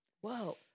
Whoa